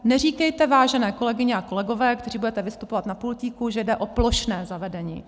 Neříkejte, vážené kolegyně a kolegové, kteří budete vystupovat na pultíku, že jde o plošné zavedení.